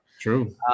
True